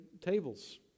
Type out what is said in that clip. tables